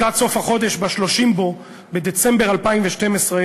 לקראת סוף החודש, ב-30 בו, בדצמבר 2012,